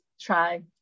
Try